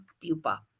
pupa